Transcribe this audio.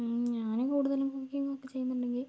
ഞാൻ കൂടുതലും കുക്കിംഗ് ഒക്കെ ചെയ്യുന്നുണ്ടെങ്കിൽ